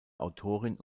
autorin